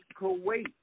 Kuwait